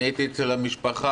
אני הייתי אצל המשפחה,